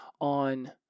on